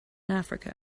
africa